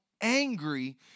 angry